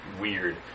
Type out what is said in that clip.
weird